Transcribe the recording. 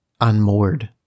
unmoored